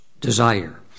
desire